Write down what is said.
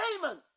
demon